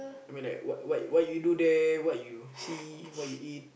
when I what what what you do there what you see what you eat